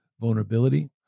vulnerability